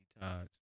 times